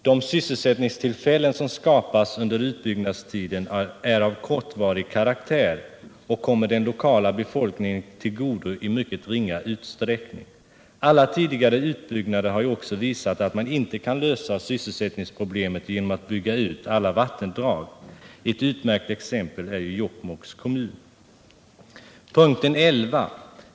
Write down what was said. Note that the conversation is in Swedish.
De sysselsättningstillfällen som skapas under utbyggnadstiden är av kortvarig karaktär och kommer den lokala befolkningen till godo i mycket ringa utsträckning. Alla tidigare utbyggnader har också visat att man inte kan lösa sysselsättningsproblemet genom att bygga ut alla vattendrag. Ett utmärkt exempel är Jokkmokks kommun. 11.